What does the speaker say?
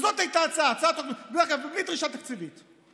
זאת הייתה ההצעה, ובלי דרישה תקציבית.